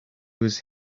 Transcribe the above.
was